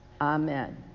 Amen